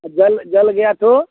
और जल जल गया तो